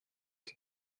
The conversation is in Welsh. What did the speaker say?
chi